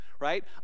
right